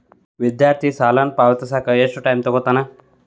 ವಿದ್ಯಾರ್ಥಿ ಸಾಲನ ಪಾವತಿಸಕ ಎಷ್ಟು ಟೈಮ್ ತೊಗೋತನ